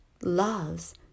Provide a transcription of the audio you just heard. loves